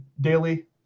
daily